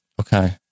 Okay